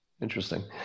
interesting